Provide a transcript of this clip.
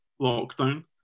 lockdown